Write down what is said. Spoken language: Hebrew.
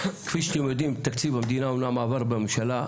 כפי שאתם יודעים תקציב אמנם עבר בממשלה,